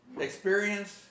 experience